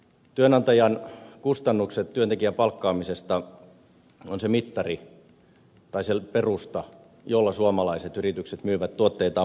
työnantajan kustannukset työntekijän palkkaamisesta on se perusta jolla suomalaiset yritykset myyvät tuotteitaan